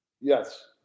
Yes